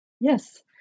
Yes